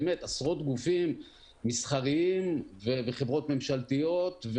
באמת עשרות גופים מסחריים וחברות ממשלתיות,